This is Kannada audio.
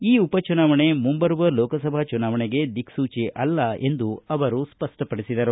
ಈ ಉಪ ಚುನಾವಣೆ ಮುಂಬರುವ ಲೋಕಸಭಾ ಚುನಾವಣೆಗೆ ದಿಕ್ಸೂಚಿ ಅಲ್ಲ ಎಂದು ಅವರು ಸ್ವಪ್ಪಪಡಿಸಿದರು